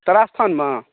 तारास्थानमे